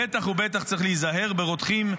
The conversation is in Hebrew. בטח ובטח צריך להיזהר ברותחין,